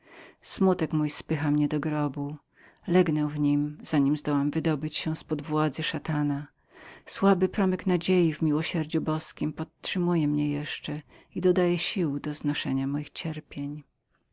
smutek mój spycha mnie do grobu legnę w nim i nie zdołam wydobyć się z pod władzy szatana słaby promyk nadziei w miłosierdziu boskiem utrzymuje mnie jeszcze i dodaje sił do znoszenia moich cierpień